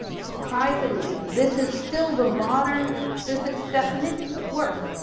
surprisingly, this is still the modern physics definition of work.